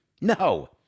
No